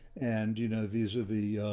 and you know, these are the